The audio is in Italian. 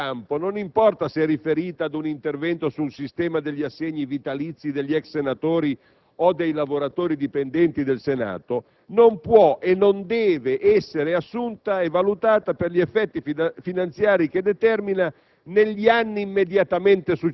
Ogni decisione in questo campo - non importa se riferita ad un intervento sul sistema degli assegni vitalizi degli ex senatori o dei lavoratori dipendenti del Senato - non può e non deve essere assunta e valutata per gli effetti finanziari che determina